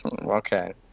Okay